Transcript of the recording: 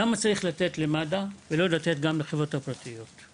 למה צריך לתת למד"א ולא לתת גם לחברות הפרטיות?